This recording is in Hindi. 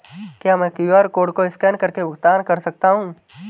क्या मैं क्यू.आर कोड को स्कैन करके भुगतान कर सकता हूं?